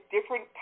different